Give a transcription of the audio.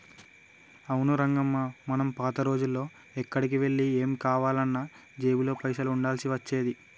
అవును రంగమ్మ మనం పాత రోజుల్లో ఎక్కడికి వెళ్లి ఏం కావాలన్నా జేబులో పైసలు ఉండాల్సి వచ్చేది